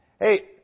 Hey